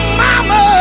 mama